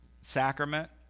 sacrament